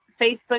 Facebook